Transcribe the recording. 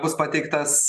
bus pateiktas